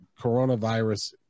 coronavirus